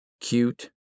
cute